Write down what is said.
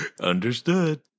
Understood